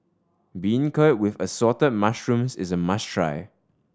beancurd with Assorted Mushrooms is a must try